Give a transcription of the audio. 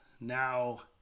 now